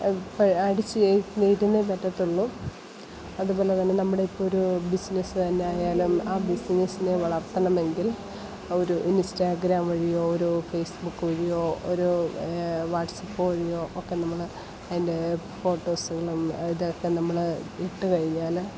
പഠിച്ചിരുന്നേ പറ്റത്തുള്ളു അതു പോലെ തന്നെ നമ്മുടെയിപ്പൊരു ബിസിനസ്സ് തന്നെ ആയാലും ആ ബിസിനസ്സിനെ വളർത്തണമെങ്കിൽ ഒരു ഇൻസ്റ്റാഗ്രാം വഴിയോ ഒരു ഫേസ്ബുക്ക് വഴിയോ ഒരു വാട്സാപ്പ് വഴിയോ ഒക്കെ നമ്മൾ അതിൻറ്റെ ഫോട്ടോസുകളും ഇതൊക്കെ നമ്മൾ ഇട്ടു കഴിഞ്ഞാൽ